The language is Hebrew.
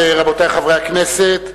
ועדת הכנסת,